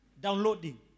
downloading